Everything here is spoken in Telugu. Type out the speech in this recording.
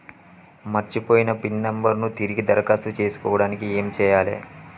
మర్చిపోయిన పిన్ నంబర్ ను తిరిగి దరఖాస్తు చేసుకోవడానికి ఏమి చేయాలే?